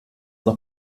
noch